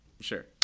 Sure